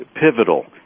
pivotal